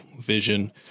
Vision